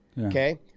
okay